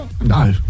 No